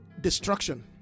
destruction